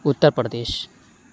Uttar Pradesh